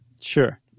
Sure